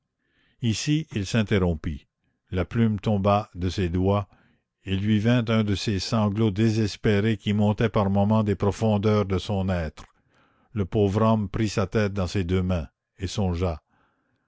ici il s'interrompit la plume tomba de ses doigts il lui vint un de ces sanglots désespérés qui montaient par moments des profondeurs de son être le pauvre homme prit sa tête dans ses deux mains et songea